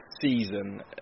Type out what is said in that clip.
season